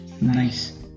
nice